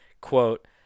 Quote